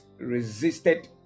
resisted